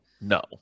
No